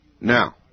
Now